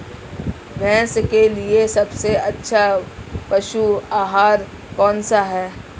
भैंस के लिए सबसे अच्छा पशु आहार कौनसा है?